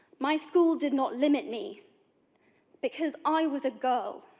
my school did not limit me because i was a girl.